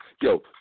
Yo